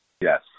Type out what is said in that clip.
Yes